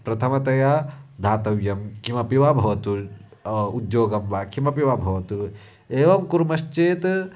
प्रथमतया दातव्यं किमपि वा भवतु उद्योगं वा किमपि वा भवतु एवं कुर्मश्चेत्